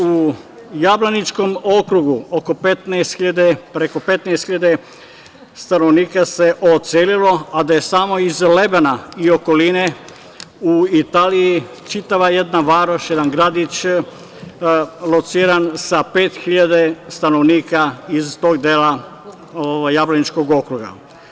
U Jablaničkom okrugu preko 15.000 stanovnika se odselilo, a samo iz Lebana i okoline u Italiji čitava jedna varoš, jedan gradić lociran sa pet hiljada stanovnika iz tog dela Jablaničkog okruga.